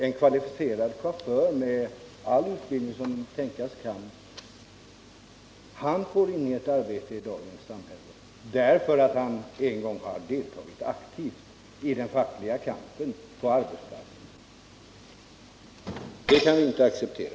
En kvalificerad chaufför, med all utbildning som tänkas kan, får inget arbete i dagens samhälle därför att han en gång har deltagit aktivt i den fackliga kampen på arbetsplatsen. Det kan vi inte acceptera.